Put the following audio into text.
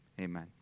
Amen